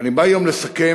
אני בא היום לסכם